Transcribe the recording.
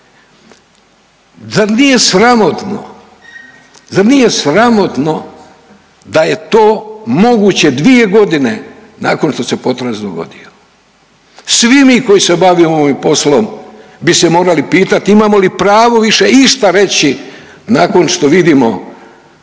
zar nije sramotno da je to moguće 2 godine nakon što se potres dogodio. Svi mi koji se bavimo ovim poslom bi se morali pitati imamo li pravo više išta reći nakon što vidimo